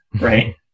right